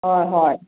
ꯍꯣꯏ ꯍꯣꯏ